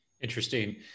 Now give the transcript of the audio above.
Interesting